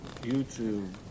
youtube